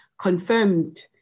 confirmed